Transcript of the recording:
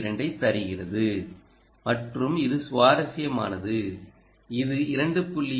2ஐ தருகிறது மற்றும் இது சுவாரஸ்யமானது இந்த 2